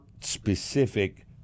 specific